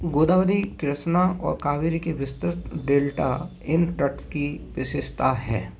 गोदावरी कृष्णा और कावेरी के विस्तृत डेल्टा इन तट की विशेषता है